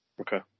Okay